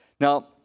Now